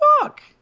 fuck